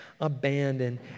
abandoned